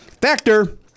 Factor